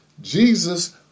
Jesus